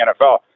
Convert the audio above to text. NFL